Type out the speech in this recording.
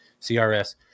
CRS